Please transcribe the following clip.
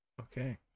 Okay